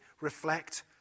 reflect